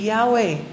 Yahweh